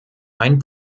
ein